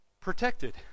protected